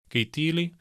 kai tyliai